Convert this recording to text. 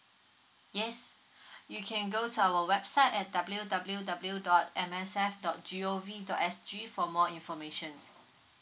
yes you can go to our website at W W W dot M S F dot G_O_V dot S_G for more information